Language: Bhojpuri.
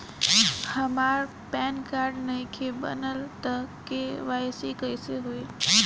हमार पैन कार्ड नईखे बनल त के.वाइ.सी कइसे होई?